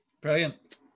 Brilliant